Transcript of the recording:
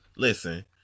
Listen